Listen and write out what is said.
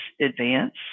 advance